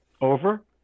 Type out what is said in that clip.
over